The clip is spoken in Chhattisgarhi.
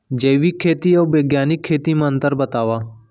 जैविक खेती अऊ बैग्यानिक खेती म अंतर बतावा?